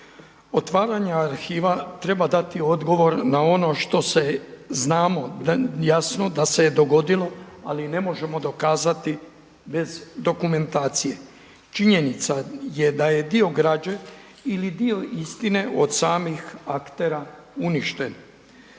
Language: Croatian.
otvaranja arhiva treba dati odgovor na ono što se, znamo, jasno da se dogodilo ali ne možemo dokazati bez dokumentacije. Činjenica je da je dio građe ili dio istine od samih aktera uništen.